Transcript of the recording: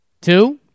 Two